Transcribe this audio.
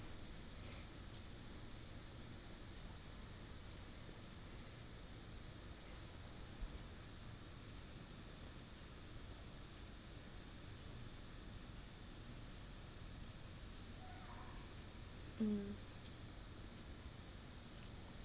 mm